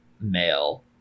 male